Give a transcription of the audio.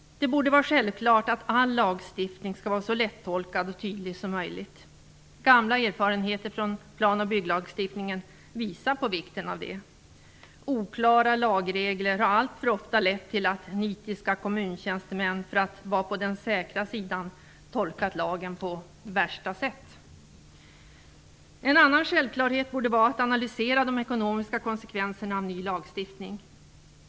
Det borde vara självklart att all lagstiftning skall vara så lättolkad och tydlig som möjligt. Gamla erfarenheter från plan och bygglagstiftningen visar på vikten av detta. Oklara lagregler har alltför ofta lett till att nitiska kommuntjänstemän för att vara på den säkra sidan tolkat lagen på "värsta" sätt. En annan självklarhet borde vara att analysera de ekonomiska konsekvenserna av ny lagstiftning.